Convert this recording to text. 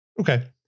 Okay